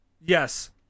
Yes